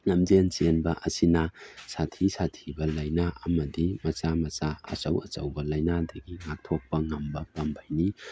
ꯂꯝꯖꯦꯟ ꯆꯦꯟꯕ ꯑꯁꯤꯅ ꯁꯥꯊꯤ ꯁꯥꯊꯤꯕ ꯂꯩꯅꯥ ꯑꯃꯗꯤ ꯃꯆꯥ ꯃꯆꯥ ꯑꯆꯧ ꯑꯆꯧꯕ ꯂꯩꯅꯥꯗꯒꯤ ꯉꯥꯛꯊꯣꯛꯄ ꯉꯝꯕ ꯄꯥꯝꯕꯩꯅꯤ